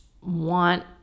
want